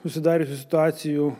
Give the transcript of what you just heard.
susidariusių situacijų